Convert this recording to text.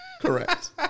Correct